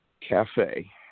Cafe